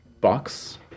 box